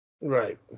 Right